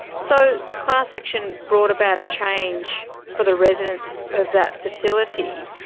so the class action brought about a change for the residents of that facility.